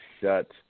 shut